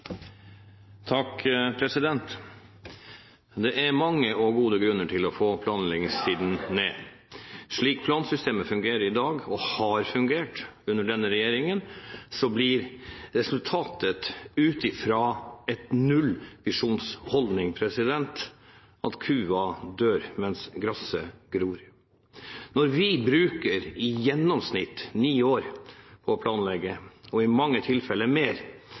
mange og gode grunner til å få planleggingstiden ned. Slik plansystemet fungerer i dag og har fungert under denne regjeringen, blir resultatet ut fra en nullvisjonsholdning at kua dør mens gresset gror. Når vi i gjennomsnitt bruker ni år på å planlegge – og i mange tilfeller mer